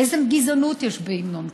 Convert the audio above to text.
איזו גזענות יש בהמנון כזה?